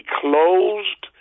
closed